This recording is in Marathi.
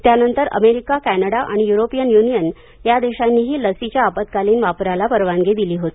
त्यानंतर अमेरिका कॅनडा आणि य्रोपिअन य्निअन देशांनीही लसीच्या आपत्कालिन वापराला परवानगी दिली होती